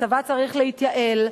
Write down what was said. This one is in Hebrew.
הצבא צריך להתייעל.